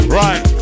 right